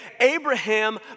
Abraham